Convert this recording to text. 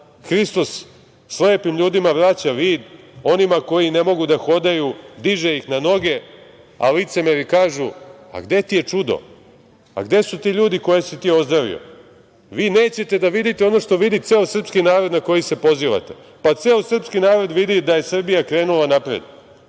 Hristos slepim ljudima vraća vid, onima koji ne mogu da hodaju, diže ih na noge, a licemeri kažu – a, gde ti je čudo, a gde su ti ljudi koje si ti ozdravio? Vi nećete da vidite sveo no što vidi ceo srpski narod na koji se pozivate. Pa, ceo srpski narod vidi da je Srbija krenula napred